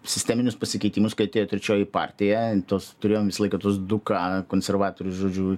sisteminius pasikeitimus kai atėjo trečioji partija tos turėjom visą laiką tuos du ka konservatorius žodžiu